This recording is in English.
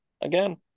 again